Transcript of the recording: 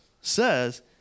says